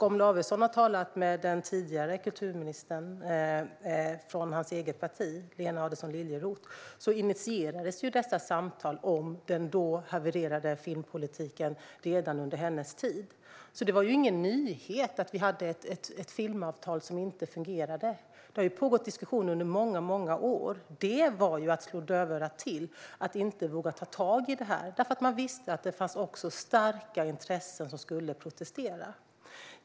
Om Lavesson har talat med den tidigare kulturministern från sitt eget parti, Lena Adelsohn Liljeroth, vet han att samtalen om den då havererade filmpolitiken initierades redan under hennes tid. Det var ingen nyhet att vi hade ett filmavtal som inte fungerade. Det har pågått diskussioner under många år. Det den förra regeringen gjorde var att slå dövörat till och att inte våga ta tag i detta eftersom man visste att det också fanns starka intressen som skulle protestera.